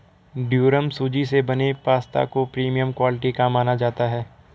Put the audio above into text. durum सूजी से बने पास्ता को प्रीमियम क्वालिटी का माना जाता है